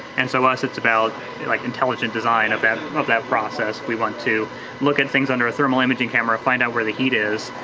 and so us, it's about like intelligent design of that process. we want to look at things under a thermal imaging camera, find out where the heat is,